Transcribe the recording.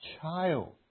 child